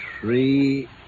three